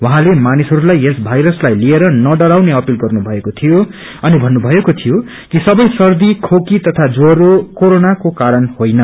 उहाँले मानिसहरूलाई यस वायरसलाई लिएर नडराउने अपील गर्नु भएको थियो अनि भन्नुभएको थियो कि सबे सर्दी खोकी तथा ज्वरो कोरोनाको कारण होईन